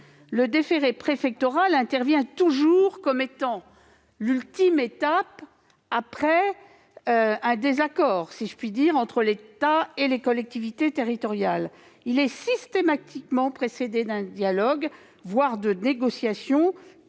le déféré préfectoral intervient toujours comme ultime étape après un désaccord, si je puis dire, entre l'État et les collectivités territoriales. Il est systématiquement précédé d'un dialogue, voire de négociations,